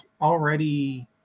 already